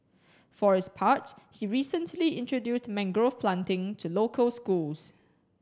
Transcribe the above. for his part he recently introduced mangrove planting to local schools